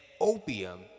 opium